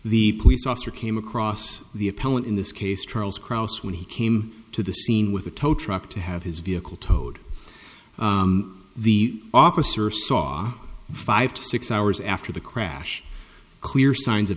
the police officer came across the appellant in this case charles cross when he came to the scene with a tow truck to have his vehicle towed the officer saw five to six hours after the crash clear signs of